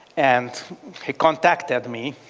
and he contacted me,